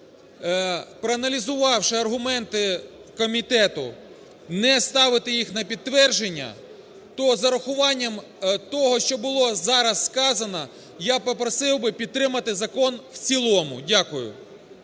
проаналізувавши аргументи комітету не ставити їх на підтвердження, то з урахуванням того, що було зараз сказано, я попросив би підтримати закон в цілому. Дякую.